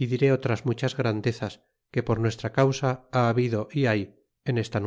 y di rd otras muchas grandezas que por nuestra causa ha habido y hay en esta